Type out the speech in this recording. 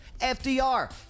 FDR